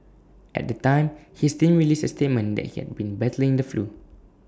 at the time his team released A statement that he had been battling the flu